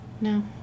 No